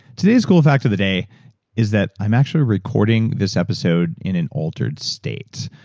today's cool fact of the day is that i'm actually recording this episode in an altered state.